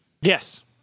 Yes